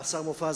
השר מופז,